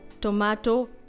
tomato